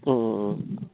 ꯎꯝ ꯎꯝ ꯎꯝ